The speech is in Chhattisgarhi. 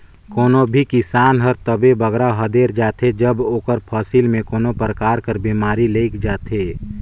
कोनो भी किसान हर तबे बगरा हदेर जाथे जब ओकर फसिल में कोनो परकार कर बेमारी लइग जाथे